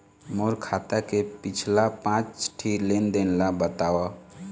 मोर खाता के पिछला पांच ठी लेन देन ला बताव?